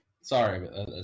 sorry